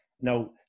Now